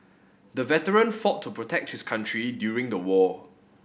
the veteran fought to protect his country during the war